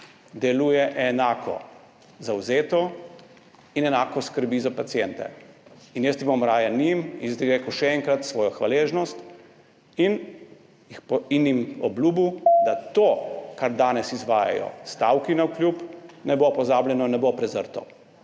delujejo enako zavzeto in enako skrbijo za paciente. In jaz bom raje njim izrekel še enkrat svojo hvaležnost in jim obljubil, da to, kar danes izvajajo stavki navkljub, ne bo pozabljeno, ne bo prezrto.